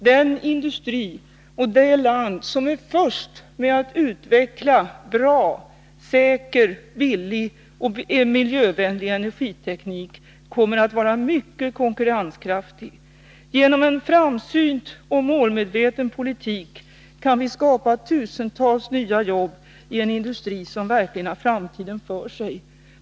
Den industri och det land som är först med att utveckla bra, säker, billig och miljövänlig energiteknik kommer att vara mycket konkurrenskraftiga. Genom en framsynt och målmedveten politik kan vi skapa tusentals nya jobbi en industri som verkligen har framtiden för sig.